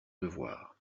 devoir